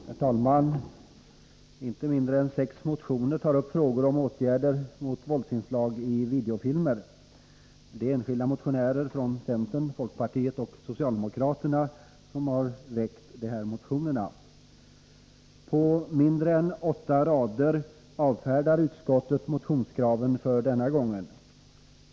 Herr talman! Inte mindre än sex motioner tar upp frågor om åtgärder mot våldsinslag i videofilmer. Det är enskilda motionärer från centern, folkpartiet och socialdemokraterna som har väckt dessa motioner. På mindre än åtta rader avfärdar utskottet motionskraven för denna gång.